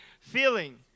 feeling